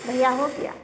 भईया हो गया